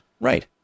Right